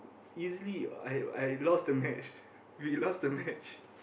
easily I I lost the match we lost the match